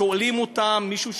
שואלים אותם: מישהו שלח,